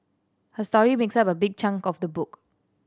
her story makes up a big chunk of the book